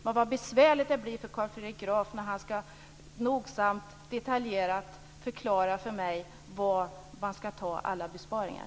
Men vad besvärligt det blir för Carl Fredrik Graf när han nogsamt och detaljerat skall förklara för mig var man skall göra dessa besparingar.